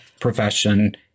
profession